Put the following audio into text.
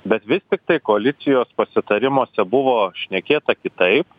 bet vis tiktai koalicijos pasitarimuose buvo šnekėta kitaip